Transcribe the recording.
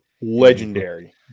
legendary